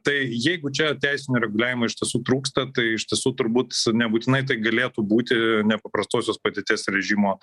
tai jeigu čia teisinio reguliavimo iš tiesų trūksta tai iš tiesų turbūt nebūtinai tai galėtų būti nepaprastosios padėties režimo